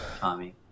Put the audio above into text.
Tommy